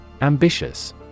Ambitious